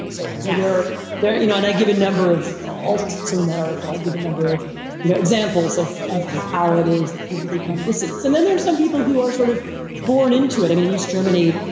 so yeah they're there, you know, and i give a number of all. so in that article, i give a number of you know examples of of how it is that people become dissidents. and then there are some people who are sort of born into it. i mean, in east germany,